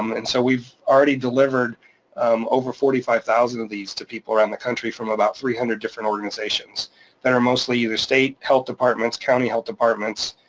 um and so we've already delivered um over forty five thousand of these to people around the country from about three hundred different organizations that are mostly either state health departments, county health departments,